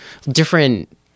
different